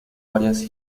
varias